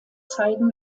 zeigen